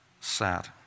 sad